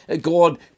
God